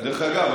דרך אגב,